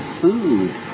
food